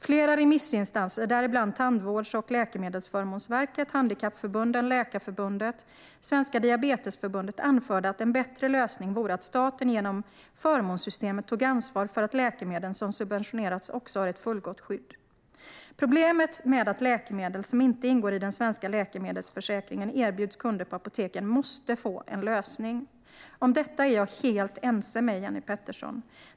Flera remissinstanser, däribland Tandvårds och läkemedelsförmånsverket, Handikappförbunden, Läkarförbundet och Svenska Diabetesförbundet, anförde att en bättre lösning vore att staten genom förmånssystemet tog ansvar för att läkemedel som subventioneras har ett fullgott skydd. Problemet med att läkemedel som inte ingår i den svenska läkemedelsförsäkringen erbjuds kunder på apoteken måste få en lösning. Om detta är jag helt ense med Jenny Petersson.